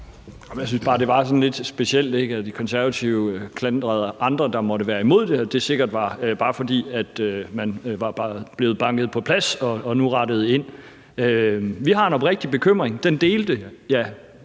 sådan lidt specielt, at De Konservative klandrede andre, der måtte være imod det, og at det sikkert bare var, fordi man var blevet banket på plads og nu rettede ind. Vi har en oprigtig bekymring. Den delte